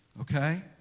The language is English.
Okay